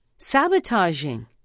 sabotaging